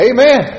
Amen